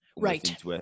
Right